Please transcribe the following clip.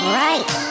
right